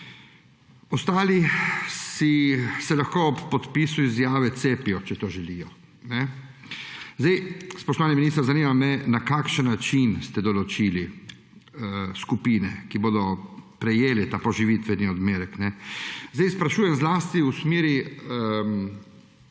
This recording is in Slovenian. Ostali se lahko ob podpisu izjave cepijo, če to želijo. Spoštovani minister, zanima me: Na kakšen način ste določili skupine, ki bodo prejele ta poživitveni odmerek? Sprašujem zlasti v smeri